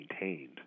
maintained